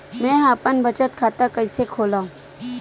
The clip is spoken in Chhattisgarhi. मेंहा अपन बचत खाता कइसे खोलव?